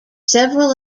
several